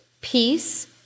peace